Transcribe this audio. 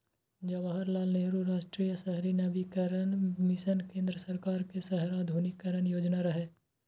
जवाहरलाल नेहरू राष्ट्रीय शहरी नवीकरण मिशन केंद्र सरकार के शहर आधुनिकीकरण योजना रहै